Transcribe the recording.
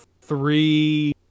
three